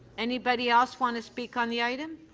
anybody else want to speak on the item?